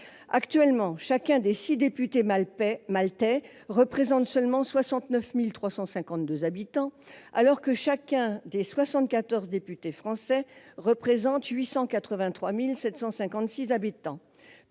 Actuellement, chacun des 6 députés maltais représente seulement 69 352 habitants, alors que chacun des 74 députés français représente 883 756 habitants.